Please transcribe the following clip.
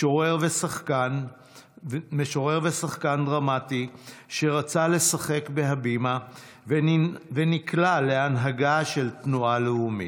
משורר ושחקן דרמטי שרצה לשחק בהבימה ונקלע להנהגה של תנועה לאומית,